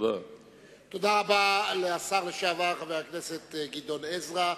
תודה רבה לשר לשעבר חבר הכנסת גדעון עזרא.